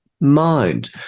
mind